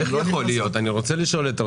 איך זה יכול להיות, אני רוצה להבין.